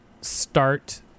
start